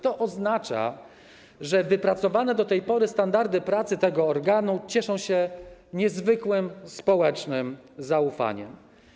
To oznacza, że wypracowane do tej pory standardy pracy tego organu cieszą się niezwykłym społecznym zaufaniem.